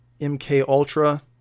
MKUltra